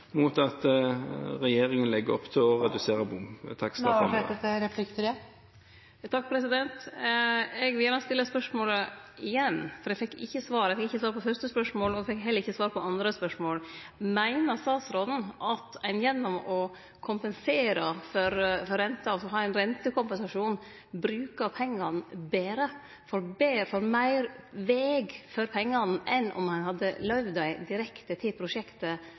mot at regjeringen legger opp til å redusere bomtakstene. Eg vil gjerne stille spørsmålet igjen, for eg fekk ikkje svar – eg fekk ikkje svar på det fyrste spørsmålet og fekk heller ikkje svar på det andre spørsmålet. Meiner statsråden at ein gjennom å kompensere for renta, altså ha ein rentekompensasjon, brukar pengane betre – får meir veg for pengane – enn om ein hadde løyvd dei direkte til prosjektet